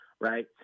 right